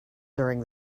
during